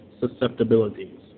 susceptibilities